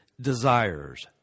desires